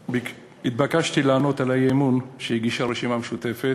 התבקשתי לענות על האי-אמון שהגישה הרשימה המשותפת,